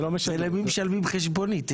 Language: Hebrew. זה למי משלמים חשבונית.